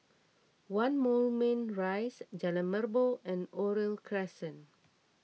one Moulmein Rise Jalan Merbok and Oriole Crescent